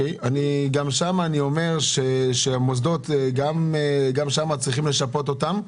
גם במקרה של מוסדות חינוך צריך לשפות אותם.